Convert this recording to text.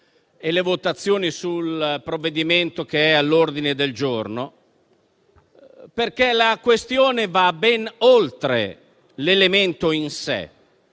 e le votazioni sul provvedimento all'ordine del giorno, perché la questione va ben oltre l'elemento in sé,